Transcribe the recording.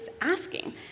asking